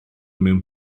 mewn